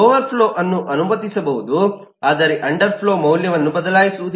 overflow ಅನ್ನು ಅನುಮತಿಸಬಹುದು ಆದರೆ ಅಂಡರ್ ಫ್ಲೋ ಮೌಲ್ಯವನ್ನು ಬದಲಾಯಿಸುವುದಿಲ್ಲ